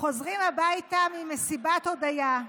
חוזרים הביתה ממסיבת הודיה.